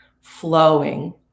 flowing